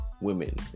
women